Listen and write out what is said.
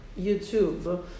YouTube